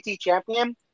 champion